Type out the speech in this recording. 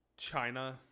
China